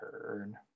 turn